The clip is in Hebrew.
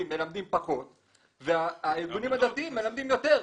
מלמדים פחות והארגונים הדתיים מלמדים יותר.